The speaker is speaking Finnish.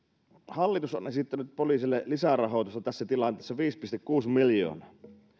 hallitus on esittänyt poliisille lisärahoitusta tässä tilanteessa viisi pilkku kuusi miljoonaa